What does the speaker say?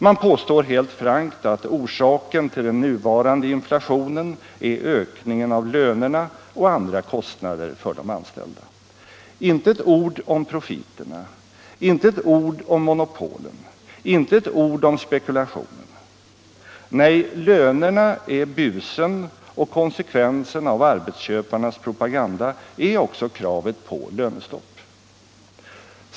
Man påstår helt frankt att orsaken till den nuvarande inflationen är ökningen av lönerna och andra kostnader för de anställda. Inte ett ord om profiterna! Inte ett ord om monopolen! Inte ett ord om spekulationen! Nej, lönerna är busen, och konsekvensen av arbetsköparnas propaganda är också kravet på lönestopp.